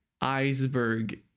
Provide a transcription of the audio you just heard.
iceberg